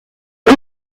est